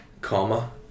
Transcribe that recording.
Comma